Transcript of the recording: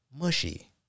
mushy